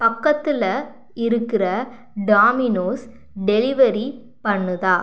பக்கத்தில் இருக்கிற Domino's delivery பண்ணுதா